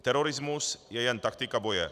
Terorismus je jen taktika boje.